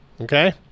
okay